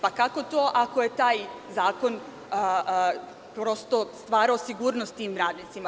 Pa kako to, ako je taj zakon prosto stvarao sigurnost tim radnicima?